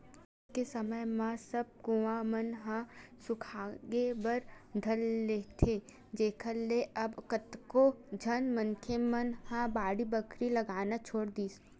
आज के समे म सब कुँआ मन ह सुखाय बर धर लेथे जेखर ले अब कतको झन मनखे मन ह बाड़ी बखरी लगाना छोड़ दिस